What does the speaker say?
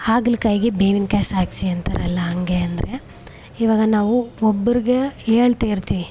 ಹಾಗಲಕಾಯಿಗೆ ಬೇವಿನಕಾಯಿ ಸಾಕ್ಷಿ ಅಂತಾರಲ್ಲ ಹಾಗೆ ಅಂದರೆ ಇವಾಗ ನಾವು ಒಬ್ಬರಿಗೆ ಹೇಳ್ತಾ ಇರ್ತೀವಿ